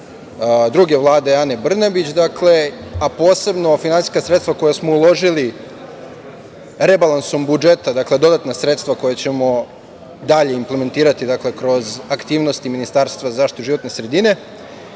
druge Vlade Ane Brnabić, a posebno finansijska sredstva koja smo uložili rebalansom budžeta, dodatna sredstva koja ćemo dalje implementirati kroz aktivnosti Ministarstva za zaštitu životne sredine